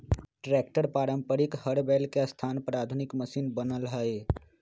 tractor पारम्परिक हर बैल के स्थान पर आधुनिक मशिन बनल हई